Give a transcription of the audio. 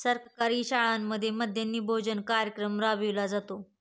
सरकारी शाळांमध्ये मध्यान्ह भोजन कार्यक्रम राबविला जातो